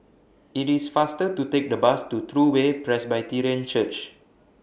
IT IS faster to Take The Bus to True Way Presbyterian Church